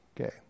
Okay